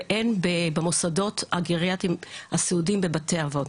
והן במוסדות הגריאטריים הסיעודיים בבתי אבות.